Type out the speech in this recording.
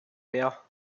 mehr